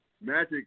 Magic